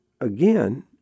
again